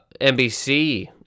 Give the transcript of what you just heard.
nbc